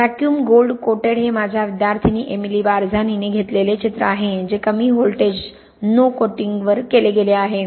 vacuum gold coated हे माझ्या विद्यार्थिनी एमिली बारझानीने घेतलेले चित्र आहे जे कमी व्होल्टेज नो कोटिंगवर केले गेले आहे